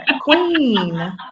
Queen